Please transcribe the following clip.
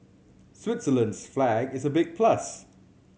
Switzerland's flag is a big plus